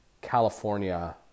California